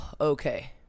okay